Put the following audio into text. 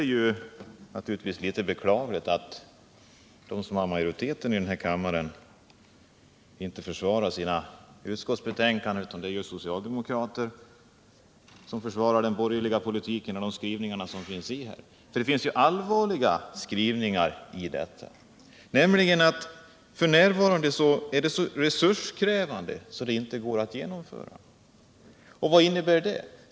Det är naturligtvis beklagligt att de som har majoriteten i den här kammaren inte försvarar sina utskottsbetänkanden, utan det är socialdemokrater som försvarar den borgerliga politiken och de skrivningar som finns. Och det finns allvarliga skrivningar i det betänkande som vi nu behandlar. Man säger nämligen att f. n. är det så resurskrävande att vidta åtgärder att man inte kan göra det. Vad innebär det?